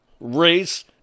Race